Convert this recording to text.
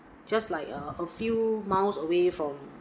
just like err a few miles away from